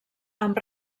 amb